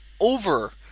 over